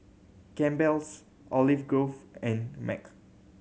Campbell's Olive Grove and Mac